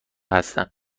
هستن